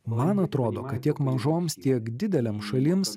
man atrodo kad tiek mažoms tiek didelėms šalims